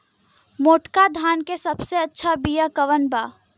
मोटका धान के सबसे अच्छा बिया कवन बा?